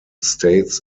states